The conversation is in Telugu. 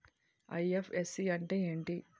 ఐ.ఎఫ్.ఎస్.సి అంటే ఏమిటి?